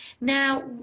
Now